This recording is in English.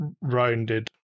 rounded